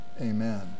amen